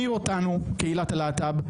והפעם על הפגיעה בנשים ובקהילת הלהט"ב,